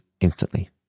instantly